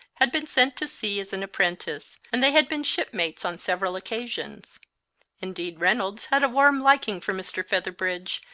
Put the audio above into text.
had been sent to sea as an apprentice, and they had been shipmates on several occasions indeed reynolds had a warm liking for mr. featherbridge,